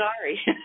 sorry